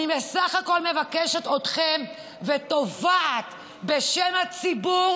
אני בסך הכול מבקשת מכם ותובעת בשם הציבור